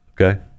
okay